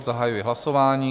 Zahajuji hlasování.